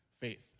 faith